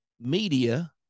media